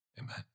amen